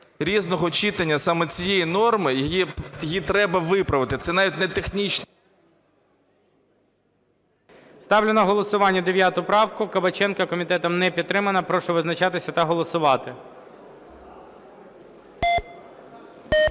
різного читання саме цієї норми, її треба виправити, це навіть не технічна… ГОЛОВУЮЧИЙ. Ставлю на голосування 9 правку Кабаченка. Комітетом не підтримана. Прошу визначатися та голосувати. 11:38:23